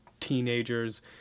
teenagers